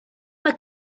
mae